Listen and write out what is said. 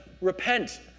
repent